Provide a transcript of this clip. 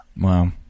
Wow